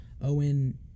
Owen